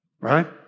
right